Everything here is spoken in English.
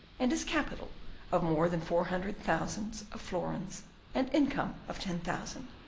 and his capital of more than four hundred thousands of florins and income of ten thousand,